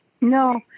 No